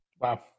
Wow